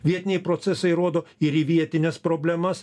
vietiniai procesai rodo ir į vietines problemas